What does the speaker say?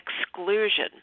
exclusion